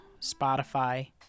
Spotify